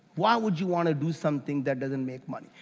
why would you want to do something that doesn't make money.